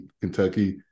Kentucky